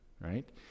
right